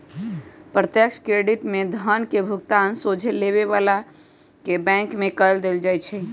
प्रत्यक्ष क्रेडिट में धन के भुगतान सोझे लेबे बला के बैंक में कऽ देल जाइ छइ